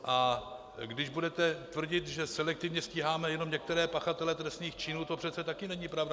A když budete tvrdit, že selektivně stíháme jenom některé pachatele trestných činů, to přece také není pravda.